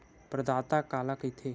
प्रदाता काला कइथे?